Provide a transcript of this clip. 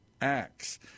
Acts